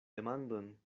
demandon